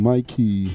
Mikey